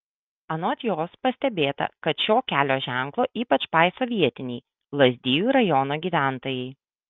anot jos pastebėta kad šio kelio ženklo ypač paiso vietiniai lazdijų rajono gyventojai